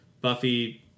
Buffy